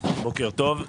בוקר טוב.